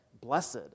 blessed